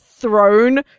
thrown